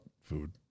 food